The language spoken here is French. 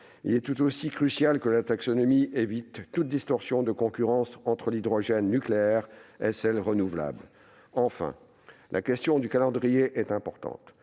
Il est tout aussi crucial que la taxonomie évite toute distorsion de concurrence entre l'hydrogène nucléaire et l'hydrogène issue des énergies renouvelables. Enfin, la question du calendrier est importante.